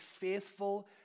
faithful